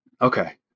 Okay